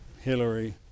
Hillary